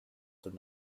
the